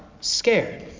scared